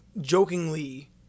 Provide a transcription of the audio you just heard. jokingly